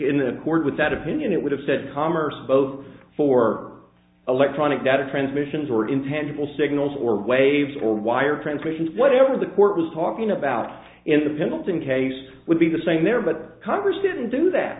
the court with that opinion it would have said commerce both for electronic data transmissions or intangible signals or waves or wire transmissions whatever the court was talking about in the pendleton case would be the same there but congress didn't do that